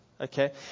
Okay